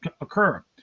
occur